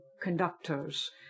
conductors